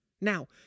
Now